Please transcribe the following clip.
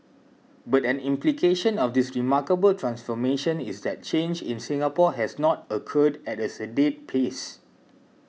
but an implication of this remarkable transformation is that change in Singapore has not occurred at as sedate pace